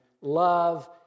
love